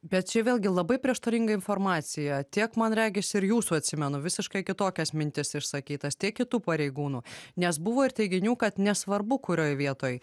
bet čia vėlgi labai prieštaringa informacija tiek man regis ir jūsų atsimenu visiškai kitokias mintis išsakytas tiek kitų pareigūnų nes buvo ir teiginių kad nesvarbu kurioj vietoj